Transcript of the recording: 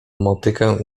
motykę